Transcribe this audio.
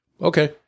Okay